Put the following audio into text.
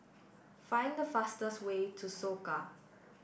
find the fastest way to Soka